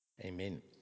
Amen